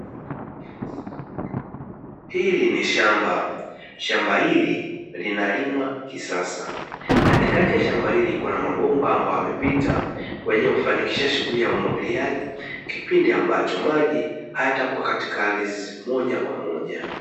Hili ni shamba. Shamba hili linalimwa kisasa. Katikati ya shamba hili kuna mabomba ambayo yamepita kwa ajili ya kufanikisha shughuli ya umwagiliaji, kipindi ambacho maji hayatakuwa katika ardhi moja kwa moja.